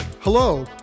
Hello